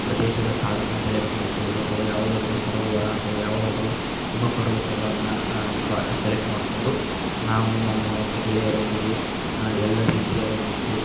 ಪ್ರದೇಶದ ಕಾಡನ್ನು ಸೆಲೆಕ್ಟ್ ಮಾಡಿಕೊಳ್ಳುವುದು ಅಥವಾ ಯಾವುದಾದರೂ ಸರೋವರ ಅಥವಾ ಯಾವುದಾದರೂ ಹಿಮ ಪರ್ವತಗಳನ್ನು ಚೋಯ್ ಸೆಲೆಕ್ಟ್ ಮಾಡಿಕೊಂಡು ನಾವು ನಮ್ಮ ಮತ್ತೆ ಗೆಳೆಯರೊಂದಿಗೆ ಎಲ್ಲ ರೀತಿಯ ಒಂದಿಷ್ಟು